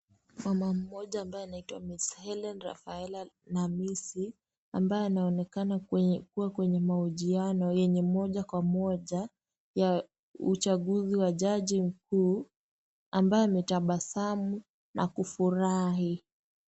Mama mmoja ambaye anaitwa Ms HELLENE RAFAELA NAMISI, ambaye anaonekana kwenye kuwa kwenye mahojiano moja kwa moja, ya uchaguzi wa jaji mkuu, ambaye ametabasamu na kufurahi.